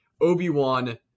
Obi-Wan